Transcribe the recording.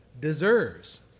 deserves